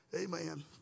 Amen